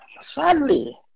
Sadly